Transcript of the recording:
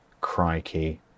Crikey